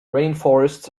rainforests